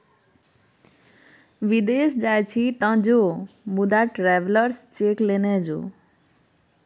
विदेश जाय छी तँ जो मुदा ट्रैवेलर्स चेक लेने जो